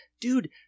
dude